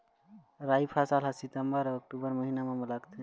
राई फसल हा सितंबर अऊ अक्टूबर महीना मा लगथे